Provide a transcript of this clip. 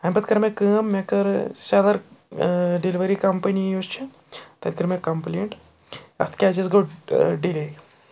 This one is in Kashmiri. اَمہِ پَتہٕ کٔر مےٚ کٲم مےٚ کٔر سٮ۪لَر ڈٮ۪لؤری کَمپٔنی یُس چھِ تَتہِ کٔر مےٚ کَمپٕلینٛٹ اَتھ کیٛازِ حظ گوٚو ڈِلے